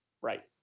Right